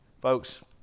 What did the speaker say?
Folks